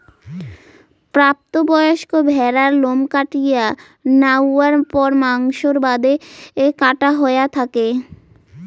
প্রাপ্ত বয়স্ক ভ্যাড়ার লোম কাটিয়া ন্যাওয়ার পর মাংসর বাদে কাটা হয়া থাকে